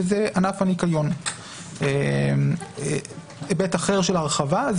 וזה ענף הניקיון; היבט אחר של הרחבה הוא